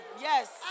yes